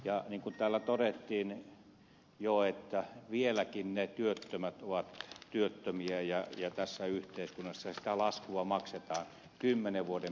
ja niin kuin täällä todettiin jo vieläkin ne työttömät ovat työttömiä ja tässä yhteiskunnassa sitä laskua maksetaan kymmenen vuoden päästä